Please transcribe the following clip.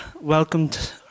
welcomed